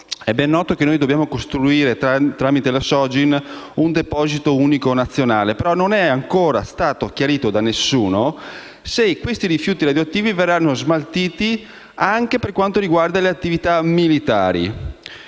È ben noto che dobbiamo costituire, tramite la Sogin, un deposito unico nazionale, però non è ancora stato chiarito da nessuno se i rifiuti radioattivi verranno smaltiti anche per quanto riguarda le attività militari.